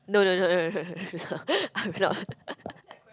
no no no no no no no I'm not